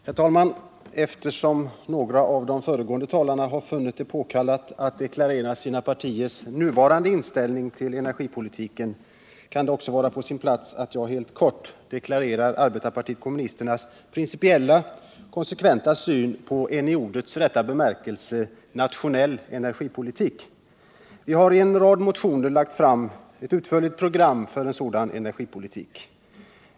Herr talman! Eftersom några av de föregående talarna funnit det påkallat att deklarera sina partiers nuvarande inställning till energipolitik, kan det också vara på sin plats att jag helt kort deklarerar arbetarpartiet kommunisternas principiella, konsekventa syn på en i ordets rätta bemärkelse nationell politik. Vi har i en rad motioner lagt fram ett utförligt program för en sådan energipolitik.